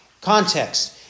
context